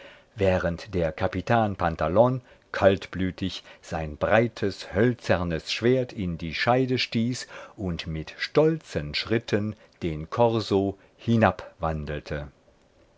während der capitan pantalon kaltblütig sein breites hölzernes schwert in die scheide stieß und mit stolzen schritten den korso hinabwandelte